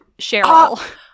Cheryl